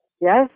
Yes